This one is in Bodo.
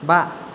बा